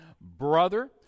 brother